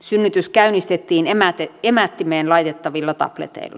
synnytys käynnistettiin emättimeen laitettavilla tableteilla